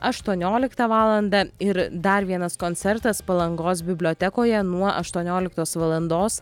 aštuonioliktą valandą ir dar vienas koncertas palangos bibliotekoje nuo aštuonioliktos valandos